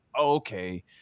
okay